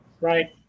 right